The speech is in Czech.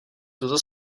tuto